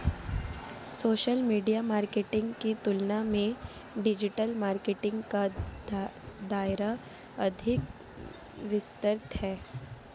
social media marketing की तुलना में डिजिटल मार्केटिंग का दायरा अधिक विस्तृत है